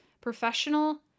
Professional